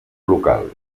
local